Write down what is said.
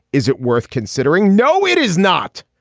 is it worth considering. no it is not.